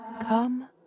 come